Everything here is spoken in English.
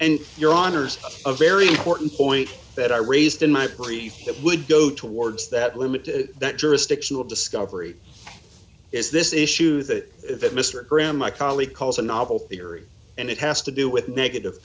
and your honour's a very important point that i raised in my preferred that would go towards that limit that jurisdictional discovery is this issue that mr graham my colleague calls a novel theory and it has to do with negative